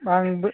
आंबो